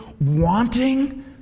wanting